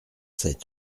sept